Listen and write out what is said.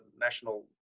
national